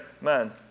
man